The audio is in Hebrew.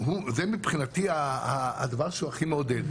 זה מבחינתי הדבר שהוא הכי מעודד.